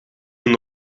een